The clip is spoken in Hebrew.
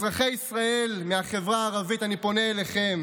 אזרחי ישראל מהחברה הערבית, אני פונה אליכם: